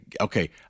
okay